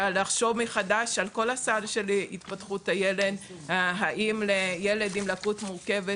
לחשוב מחדש על כל הסל של התפתחות הילד - האם לילד עם לקות מורכבת